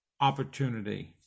opportunity